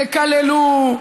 תקללו,